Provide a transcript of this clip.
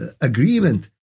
agreement